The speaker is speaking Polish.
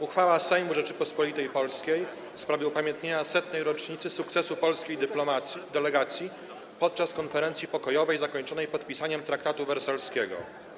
Uchwała Sejmu Rzeczypospolitej Polskiej w sprawie upamiętnienia 100. rocznicy sukcesu polskiej delegacji podczas konferencji pokojowej zakończonej podpisaniem Traktatu Wersalskiego.